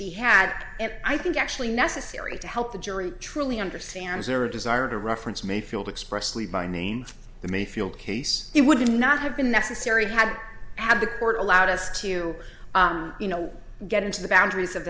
had i think actually necessary to help the jury truly understand zero desire to reference mayfield expressly by name the mayfield case it would not have been necessary had had the court allowed us to you know get into the boundaries of